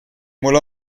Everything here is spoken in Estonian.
mul